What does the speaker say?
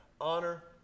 Honor